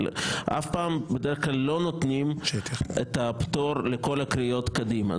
אבל בדרך כלל לא נותנים את הפטור על כל הקריאות קדימה.